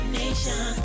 nation